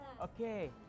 Okay